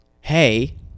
hey